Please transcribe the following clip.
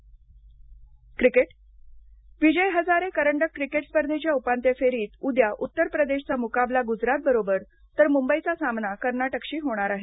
विजय हजारे करंडक विजय हजारे करंडक क्रिकेट स्पर्धेच्या उपांत्य फेरीत उद्या उत्तर प्रदेशचा मुकाबला गुजरातबरोबर तर मुंबईचा सामना कर्नाटकशी होणार आहे